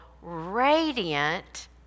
radiant